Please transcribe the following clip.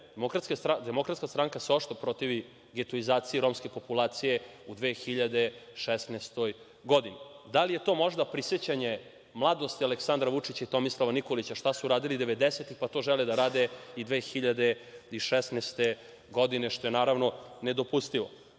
Demokratska stranka se oštro protivi getoizaciji romske populacije u 2016. godini. Da li je to možda prisećanje mladosti Aleksandra Vučića i Tomislava Nikolića, šta su radili devedesetih, pa to žele da rade i 2016. godine, što je naravno nedopustivo. Treće